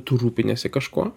tu rūpiniesi kažkuo